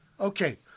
Okay